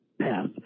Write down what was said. pass